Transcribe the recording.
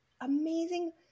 amazing